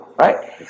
Right